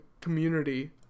community